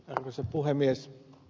arvoisa puhemies